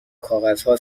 کاغذها